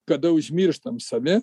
kada užmirštam save